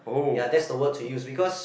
ya that's the words we use because